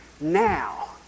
Now